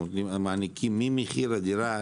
אנחנו מעניקים ממחיר הדירה,